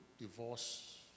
divorce